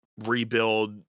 rebuild